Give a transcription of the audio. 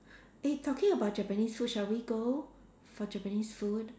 eh talking about Japanese food shall we go for Japanese food